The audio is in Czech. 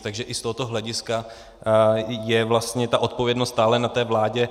Takže i z tohoto hlediska je vlastně ta odpovědnost stále na vládě.